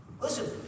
Listen